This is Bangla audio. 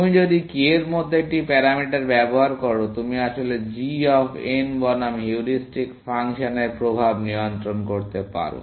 তুমি যদি k এর মতো একটি প্যারামিটার ব্যবহার করো তুমি আসলে g অফ n বনাম হিউরিস্টিক ফাংশনের প্রভাব নিয়ন্ত্রণ করতে পারো